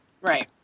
Right